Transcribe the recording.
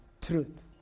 truth